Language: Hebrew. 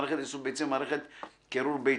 מערכת איסוף ביצים ומערכת קירור ביצים.